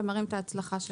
ומראים את ההצלחה שלהם.